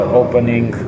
opening